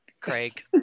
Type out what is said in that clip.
Craig